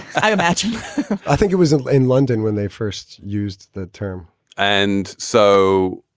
i imagine i think it was in in london when they first used the term and so.